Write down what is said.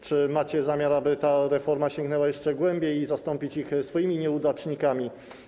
Czy macie zamiar, aby ta reforma sięgnęła jeszcze głębiej, by zastąpić ich swoimi nieudacznikami?